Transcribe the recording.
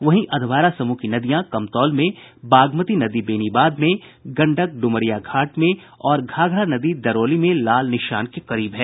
वहीं अधवारा समूह की नदियां कमतौल में बागमती नदी बेनीबाद में गंडक डुमरिया घाट में और घाघरा नदी दरौली में लाल निशान के करीब है